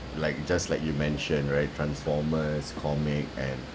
like just like you mentioned right transformers comic and